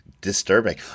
disturbing